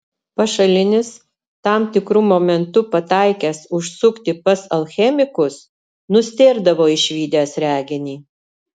pašalinis tam tikru momentu pataikęs užsukti pas alchemikus nustėrdavo išvydęs reginį